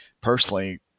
personally